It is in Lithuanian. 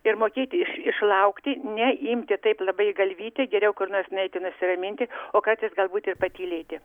ir mokėti išlaukti neimti taip labai į galvytę geriau kur nors nueiti nusiraminti o kartais galbūt ir patylėti